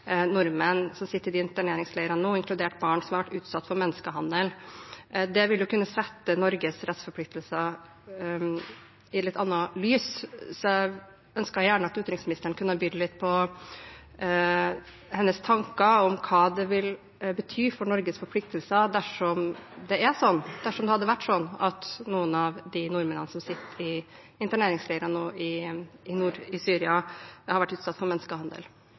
nordmenn, inkludert barn, som nå sitter i de interneringsleirene, og som har vært utsatt for menneskehandel. Det vil kunne sette Norges rettsforpliktelser i et litt annet lys. Jeg ønsker gjerne at utenriksministeren kunne ha bydd litt på sine tanker om hva det vil bety for Norges forpliktelser dersom det hadde vært sånn at noen av de nordmennene som sitter i interneringsleirer i Syria, har vært utsatt for menneskehandel.